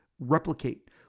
replicate